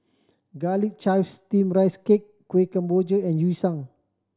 Garlic Chives Steamed Rice Cake Kueh Kemboja and Yu Sheng